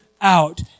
out